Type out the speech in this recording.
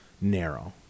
narrow